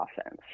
offense